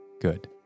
good